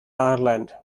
ireland